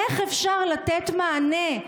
איך אפשר לתת מענה,